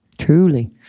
Truly